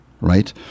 Right